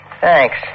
Thanks